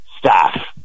staff